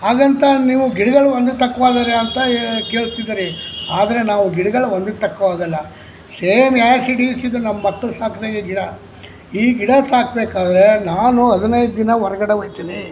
ಹಾಗಂತ ನೀವು ಗಿಡಗಳು ಒಂದುಕ್ಕೆ ತಕ್ಕೊ ಹೋದ್ರೆ ಅಂತ ಕೇಳ್ತಿದ್ದಾರೆ ಆದರೆ ನಾವು ಗಿಡ್ಗಳು ಒಂದುಕ್ಕೆ ತಕ್ಕೊ ಹೋಗಲ್ಲ ಸೇಮ್ ಆ್ಯಸ್ ಇಟ್ ಈಸ್ ಇದು ನಮ್ಮ ಮಕ್ಳು ಸಾಕ್ದಂಗೆ ಗಿಡ ಈ ಗಿಡ ಸಾಕ್ಬೇಕಾದರೆ ನಾನು ಹದಿನೈದು ದಿನ ಹೊರ್ಗಡೆ ಹೋಗ್ತೀನಿ